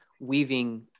weaving